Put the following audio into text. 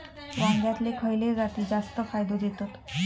वांग्यातले खयले जाती जास्त फायदो देतत?